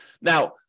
Now